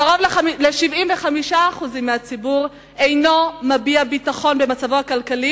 קרוב ל-75% מהציבור אינו מביע ביטחון במצבו הכלכלי,